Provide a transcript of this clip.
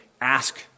ask